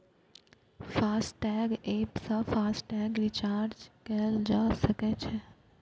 FASTag app सं FASTag recharge कैल जा सकै छै